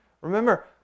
Remember